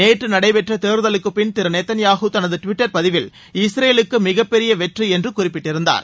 நேற்று நடைபெற்ற தேர்தலுக்குப்பின் திரு நேத்தன்யாகூ தனது டுவிட்டர் பதிவில் இஸ்ரேலுக்கு மிகப்பெரிய வெற்றி என்று குறிப்பிட்டிருந்தார்